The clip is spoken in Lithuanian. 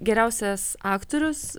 geriausias aktorius